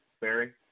Barry